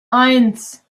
eins